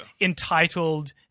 entitled